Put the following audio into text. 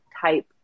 type